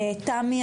תמי,